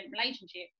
relationship